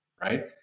right